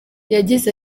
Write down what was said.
yagize